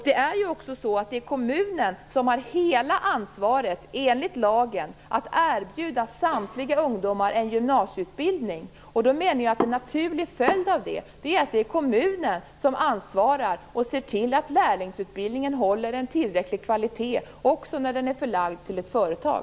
Det är kommunen som har hela ansvaret enligt lagen att erbjuda samtliga ungdomar en gymnasieutbildning. Då menar jag att en naturlig följd av det är att det är kommunen som ansvarar och ser till att lärlingsutbildningen håller en tillräcklig kvalitet också när den är förlagd till ett företag.